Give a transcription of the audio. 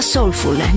Soulful